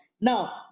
Now